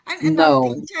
No